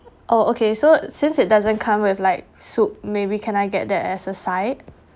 oh okay so since it doesn't come with like soup maybe can I get that as a side